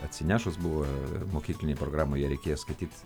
atsinešus buvo mokyklinėj programoj jei reikėjo skaityt